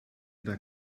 der